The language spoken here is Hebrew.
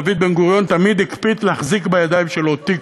דוד בן-גוריון תמיד הקפיד להחזיק בידיים שלו תיק,